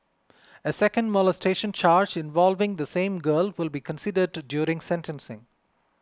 a second molestation charge involving the same girl will be considered during sentencing